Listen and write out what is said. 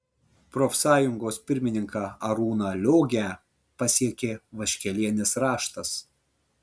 profsąjungos pirmininką arūną liogę pasiekė vaškelienės raštas